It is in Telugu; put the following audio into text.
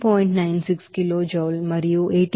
96 kilojoule మరియు 81